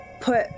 put